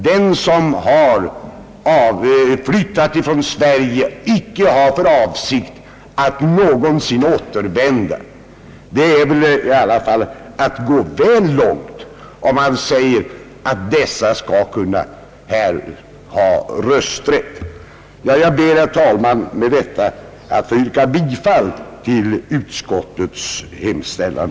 Det är i alla fall att gå litet väl långt om en person som har flyttat från Sverige och inte har för avsikt att någonsin återvända hit skulle få bli röstberättigad. Jag ber, herr talman, med detta att få yrka bifall till utskottets hemställan.